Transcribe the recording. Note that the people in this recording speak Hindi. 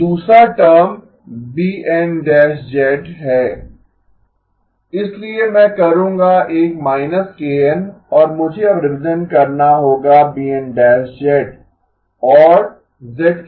अब दूसरा टर्म है इसलिए मैं करूँगा एक −kN और मुझे अब रिप्रेजेंट करना होगा और z−N